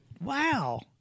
wow